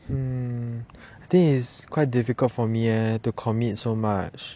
hmm I think is quite difficult for me eh to commit so much